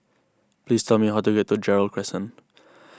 please tell me how to get to Gerald Crescent